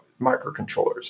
microcontrollers